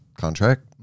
contract